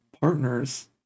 partners